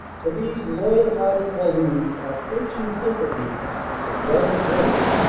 for these loyal-hearted walloons are french in sympathy as well as race,